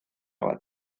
bat